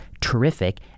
terrific